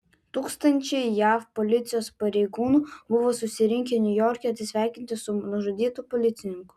tūkstančiai jav policijos pareigūnų buvo susirinkę niujorke atsisveikinti su nužudytu policininku